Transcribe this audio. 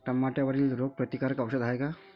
टमाट्यावरील रोग प्रतीकारक औषध हाये का?